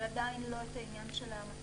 אבל עדיין לא את העניין של ההמתה.